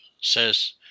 says